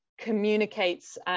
communicates